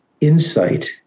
insight